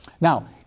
Now